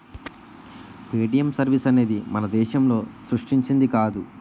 Paytm service అనేది మన దేశం సృష్టించింది కాదు